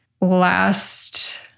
last